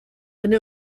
eine